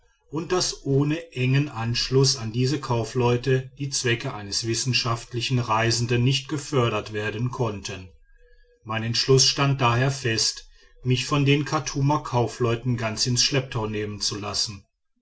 und daß ohne engen anschluß an diese kaufleute die zwecke eines wissenschaftlichen reisenden nicht gefördert werden konnten mein entschluß stand daher fest mich von den chartumer kaufleuten ganz ins schlepptau nehmen zu lassen